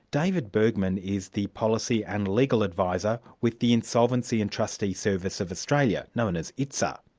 david bergman is the policy and legal adviser with the insolvency and trustee service of australia, known as itsa.